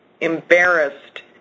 embarrassed